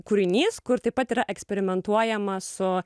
kūrinys kur taip pat yra eksperimentuojama su